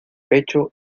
pecho